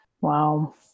Wow